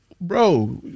Bro